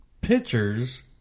pictures